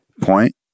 point